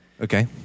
Okay